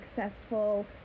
successful